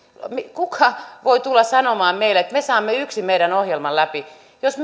kuka voi tulla sanomaan meille että me saamme yksin meidän ohjelmamme läpi jos